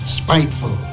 spiteful